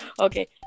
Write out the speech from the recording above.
Okay